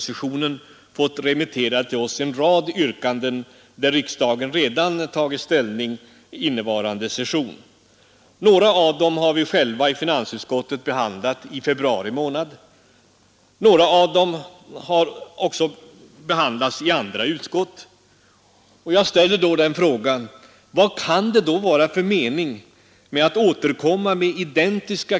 Moderata samlingspartiets ledare sade i dag att samhället har fått mera och den enskilde har fått mindre. Jag tycker att det borde knottra sig på ryggen på mittenpartiernas representanter när de hör detta.